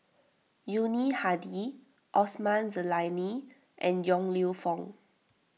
Yuni Hadi Osman Zailani and Yong Lew Foong